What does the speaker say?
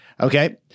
Okay